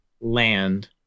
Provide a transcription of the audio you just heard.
land